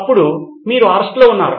అప్పుడు మీరు అరెస్టులో ఉన్నారు